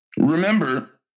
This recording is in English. Remember